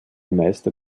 meister